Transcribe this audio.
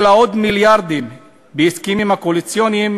אלא עוד מיליארדים בהסכמים הקואליציוניים